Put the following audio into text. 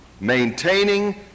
Maintaining